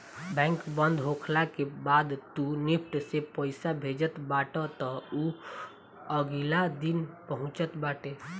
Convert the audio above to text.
bank बंद होखला के बाद तू निफ्ट से पईसा भेजत बाटअ तअ उ अगिला दिने पहुँचत बाटे